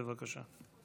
בבקשה.